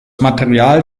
material